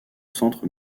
centre